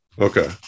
Okay